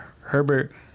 Herbert